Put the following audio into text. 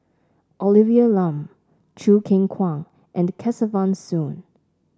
Olivia Lum Choo Keng Kwang and Kesavan Soon